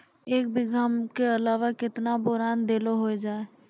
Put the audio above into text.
एक बीघा के अलावा केतना बोरान देलो हो जाए?